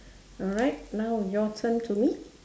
alright now your turn to me